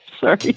Sorry